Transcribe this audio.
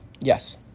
Yes